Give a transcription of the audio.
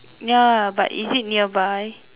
ya but is it nearby